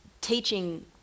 teaching